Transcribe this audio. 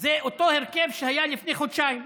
זה אותו הרכב שהיה לפני חודשיים,